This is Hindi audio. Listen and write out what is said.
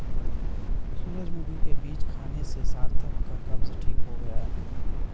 सूरजमुखी के बीज खाने से सार्थक का कब्ज ठीक हो गया